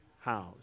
house